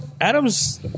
Adam's